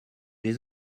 des